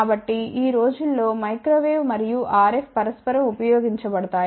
కాబట్టి ఈ రోజుల్లో మైక్రో వేవ్ మరియు RF పరస్పరం ఉపయోగించబడతాయి